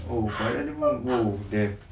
oh badan dia pun !whoa! damn